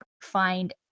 find